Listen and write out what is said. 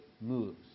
moves